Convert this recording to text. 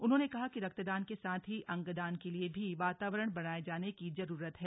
उन्होंने कहा कि रक्तदान के साथ ही अंगदान के लिए भी वातावरण बनाए जाने की जरूरत है